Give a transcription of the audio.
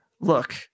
Look